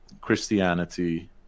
Christianity